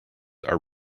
are